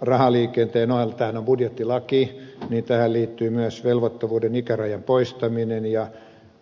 rahaliikenteen ohella tämähän on budjettilaki tähän liittyy myös velvoittavuuden ikärajan poistaminen ja